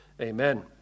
Amen